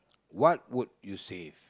what would you save